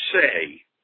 say